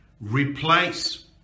Replace